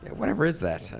whatever is that?